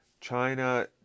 China